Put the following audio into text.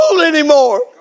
anymore